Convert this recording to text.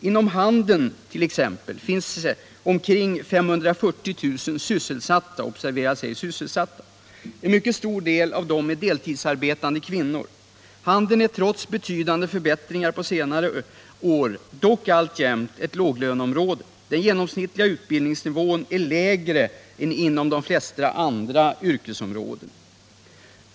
Inom handeln finns omkring 450 000 sysselsatta. En mycket stor del av dessa är deltidsarbetande kvinnor. Handeln är trots betydande förbättringar på senare år dock alltjämt ett låglöneområde. Den genomsnittliga utbildningsnivån är lägre än inom de flesta andra yrkesområden.